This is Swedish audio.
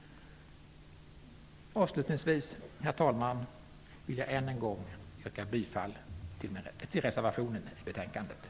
Avslutningsvis vill jag än en gång yrka bifall till reservationen i betänkandet.